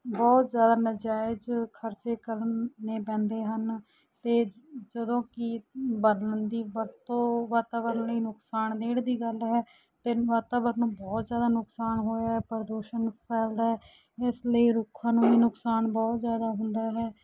ਬਹੁਤ ਜ਼ਿਆਦਾ ਨਜਾਇਜ਼ ਖਰਚੇ ਕਰਨੇ ਪੈਂਦੇ ਹਨ ਅਤੇ ਜਦੋਂ ਕਿ ਬਾਲਣ ਦੀ ਵਰਤੋਂ ਵਾਤਾਵਰਨ ਲਈ ਨੁਕਸਾਨ ਦੇਣ ਦੀ ਗੱਲ ਹੈ ਅਤੇ ਵਾਤਾਵਰਨ ਨੂੰ ਬਹੁਤ ਜ਼ਿਆਦਾ ਨੁਕਸਾਨ ਹੋਇਆ ਪ੍ਰਦੂਸ਼ਣ ਫੈਲਦਾ ਹੈ ਇਸ ਲਈ ਰੁੱਖਾਂ ਨੂੰ ਵੀ ਨੁਕਸਾਨ ਬਹੁਤ ਜ਼ਿਆਦਾ ਹੁੰਦਾ ਹੈ